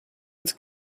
its